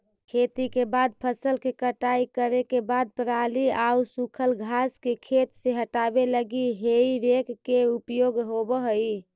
खेती के बाद फसल के कटाई करे के बाद पराली आउ सूखल घास के खेत से हटावे लगी हेइ रेक के उपयोग होवऽ हई